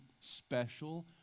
special